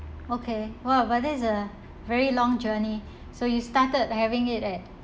okay !wah! but that's a very long journey so you started having it at